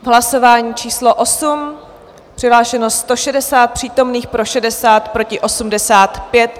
V hlasování číslo 8 přihlášeno 160 přítomných, pro 60, proti 85.